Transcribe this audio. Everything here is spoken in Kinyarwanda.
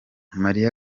mariya